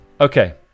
Okay